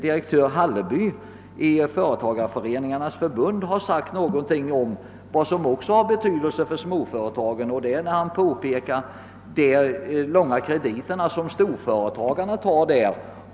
Direktör Hallerby i Företagareföreningarnas förbund har påpekat någonting som också har betydelse för småföretagen, nämligen de långa krediterna som storföretagen tar.